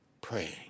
praying